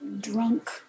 drunk